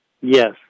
Yes